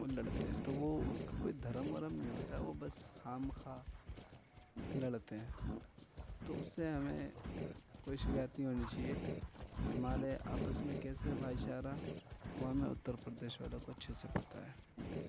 وہ لڑتے ہیں تو وہ اس کا کوئی دھرم ورم نہیں ہوتا ہے وہ بس خواہ مخواہ لڑتے ہیں تو اس سے ہمیں کوئی شکایت نہیں ہونی چاہیے ہمارے آپس میں کیسے بھائی چارا وہ ہمیں اتر پردیش والوں کو اچھے سے پتا ہے